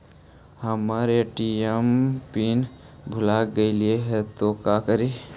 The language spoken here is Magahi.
हमर ए.टी.एम पिन भूला गेली हे, तो का करि?